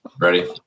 Ready